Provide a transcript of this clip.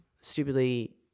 stupidly